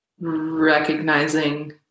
recognizing